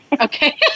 Okay